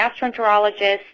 gastroenterologist